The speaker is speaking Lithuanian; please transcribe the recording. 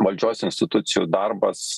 valdžios institucijų darbas